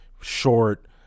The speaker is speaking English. short